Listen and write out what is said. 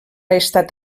estat